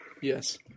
Yes